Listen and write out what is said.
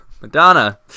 Madonna